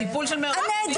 טיפול של --- נהדר,